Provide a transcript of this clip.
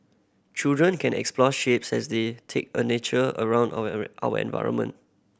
children can explore shapes as they take a nature around our environment